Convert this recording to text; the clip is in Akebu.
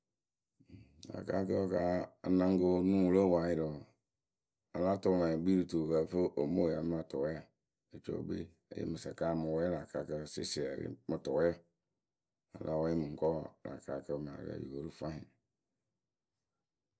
Akaakǝ kaa a naŋkǝ kǝ o nuŋ wɨ lóo poŋ ayɩrɩ wǝǝ a láa tʊʊ mɛŋwǝ e kpii rɨ tuwǝ kɨ ǝ fɨ omoyǝ amaa tʊwɛɛwǝ o co e kpii kɨ a mɨ wɛɛ lä akaakǝ sɩsiɛrɩ mɨ tʊwɛɛwǝ. a la wɛɛ mɨŋkɔɔ lä akaakǝ mɨ ǝyǝ yóo ru fwanyɩ.